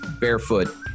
Barefoot